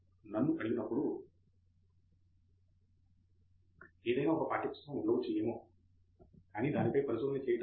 అని ఎప్పుడైనా విద్యార్ధులు అడిగినప్పుడు ఏదైనా ఒక పాఠ్య పుస్తకము ఉండవచ్చు ఏమో కానీ దాని పై పరిశోధన చేయటం అప్పటికే ఆలస్యం అయి ఉండవచ్చు